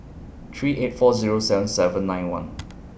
three eight four Zero seven seven nine one